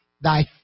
Thy